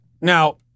now